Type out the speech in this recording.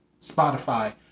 Spotify